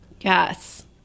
yes